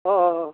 औ औ औ